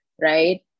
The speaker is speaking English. right